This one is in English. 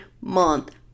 month